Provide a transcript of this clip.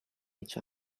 each